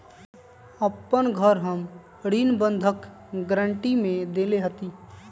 अपन घर हम ऋण बंधक गरान्टी में देले हती